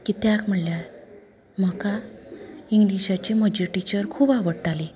कित्याक म्हणल्यार म्हाका इंग्लिशाची म्हजी टिचर खूब आवडटाली